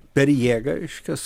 per jėgą reiškias